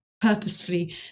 purposefully